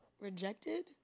Rejected